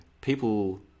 people